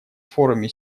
форуме